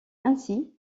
ainsi